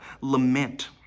lament